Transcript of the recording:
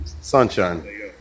sunshine